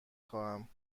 خواهم